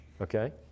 okay